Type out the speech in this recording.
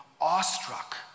awestruck